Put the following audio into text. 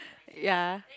ya